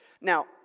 Now